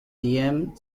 diem